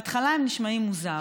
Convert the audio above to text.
בהתחלה הם נשמעים מוזר,